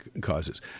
causes